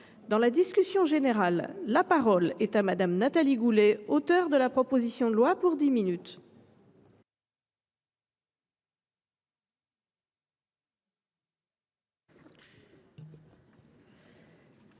Dans la discussion générale, la parole est à Mme Nathalie Goulet, auteur de la proposition de loi. Madame